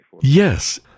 Yes